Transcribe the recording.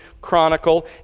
chronicle